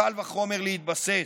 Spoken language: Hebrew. קל וחומר להתבסס.